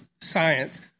science